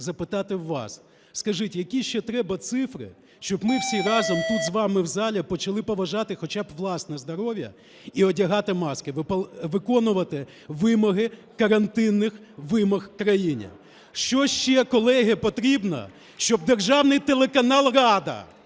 запитати у вас. Скажіть, які ще треба цифри, щоб ми всі разом тут з вами в залі почали поважати хоча б власне здоров'я і одягати маски, виконувати вимоги карантинних вимог у країні? Що ще, колеги, потрібно, щоб державний телеканал "Рада",